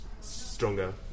stronger